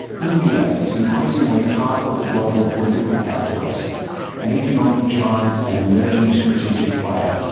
india is increasingly part of the global political calculus an economic giant and emerging strategic player.